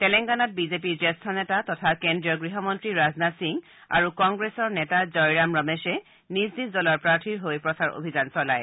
তেলেংগানাত বিজেপিৰ জ্যেষ্ঠ নেতা তথা কেদ্ৰীয় গৃহমন্ত্ৰী ৰাজনাথ সিং আৰু কংগ্ৰেছৰ নেতা জয়ৰাম ৰমেশে তেওঁলোকৰ দলৰ প্ৰাৰ্থীৰ হৈ প্ৰচাৰ অভিযান চলায়